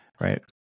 right